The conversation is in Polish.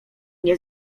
nie